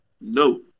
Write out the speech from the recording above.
no